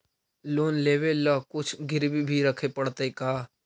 Loan लेबे ल कुछ गिरबी भी रखे पड़तै का?